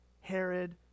Herod